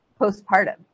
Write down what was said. postpartum